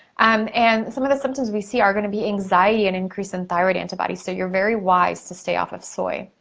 um and some of the symptoms we see are gonna be in anxiety and increase in thyroid antibodies, so you're very wise to stay off of soy.